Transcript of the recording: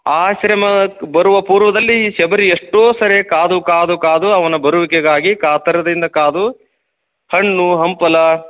ಆಶ್ರಮಕ್ಕೆ ಬರುವ ಪೂರ್ವದಲ್ಲಿ ಶಬರಿ ಎಷ್ಟೋ ಸರೆ ಕಾದು ಕಾದು ಕಾದು ಅವನ ಬರುವಿಕೆಗಾಗಿ ಕಾತರದಿಂದ ಕಾದು ಹಣ್ಣು ಹಂಪಲ